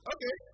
Okay